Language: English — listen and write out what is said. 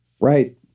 Right